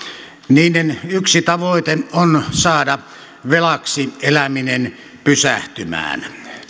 niiden yksi tavoite on saada velaksi eläminen pysähtymään